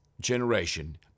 generation